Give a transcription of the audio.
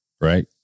right